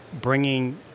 bringing